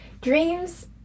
dreams